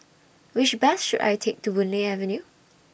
Which Bus should I Take to Boon Lay Avenue